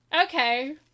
okay